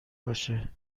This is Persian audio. باشه